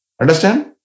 Understand